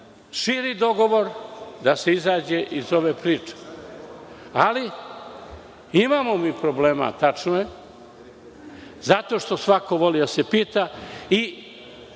širi dogovor, da se izađe iz ove priče. Imamo mi problema, tačno je, zato što svako voli da se pita.